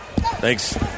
Thanks